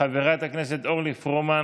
חברת הכנסת אורלי פרומן,